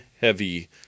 Heavy